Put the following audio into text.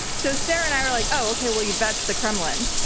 so sarah and i are like, oh, okay. well, yvette's the kremlin.